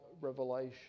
Revelation